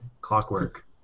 clockwork